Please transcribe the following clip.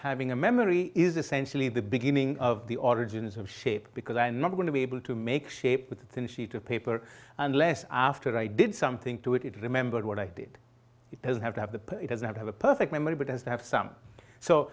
having a memory is essentially the beginning of the origins of shape because i not going to be able to make shape with a thin sheet of paper unless after i did something to it it remembered what i did it doesn't have to have the it doesn't have a perfect memory but has to have some so